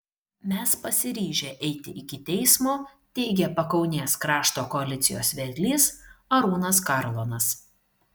mes pasiryžę eiti iki teismo teigė pakaunės krašto koalicijos vedlys arūnas karlonas